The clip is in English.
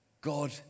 God